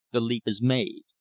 the leap is made.